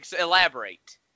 Elaborate